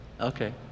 Okay